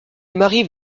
m’arrive